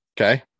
okay